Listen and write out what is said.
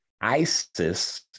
ISIS